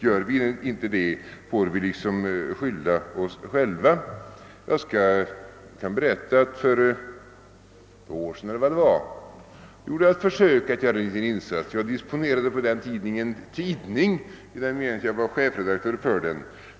Om vi inte gör det får vi skylla oss själva. Jag kan berätta att jag för omkring ett år sedan gjorde ett försök att göra en liten insats. Jag disponerade en tidning i den meningen att jag var chefredaktör för den.